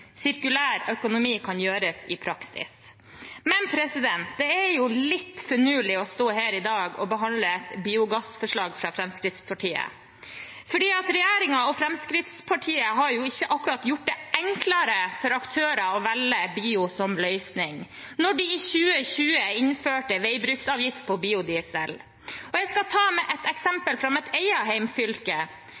sirkulær økonomi kan gjøres i praksis. Men det er jo litt finurlig å stå her i dag og behandle biogassforslag fra Fremskrittspartiet. For regjeringen og Fremskrittspartiet har ikke akkurat gjort det enklere for aktører å velge bio som løsning, da de i 2020 innførte veibruksavgift på biodiesel. Jeg skal ta med et eksempel